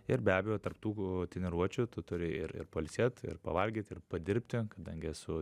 ir be abejo tarp tų treniruočių tu turi ir pailsėt ir pavalgyt ir padirbti kadangi esu